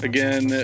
Again